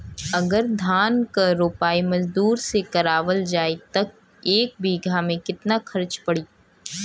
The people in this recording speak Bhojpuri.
अगर धान क रोपाई मजदूर से करावल जाई त एक बिघा में कितना खर्च पड़ी?